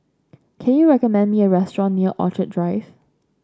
can you recommend me a restaurant near Orchid Drive